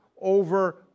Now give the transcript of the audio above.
over